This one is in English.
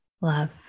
love